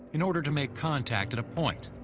in order to make contact at a point,